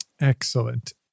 Excellent